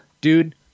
Dude